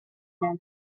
bene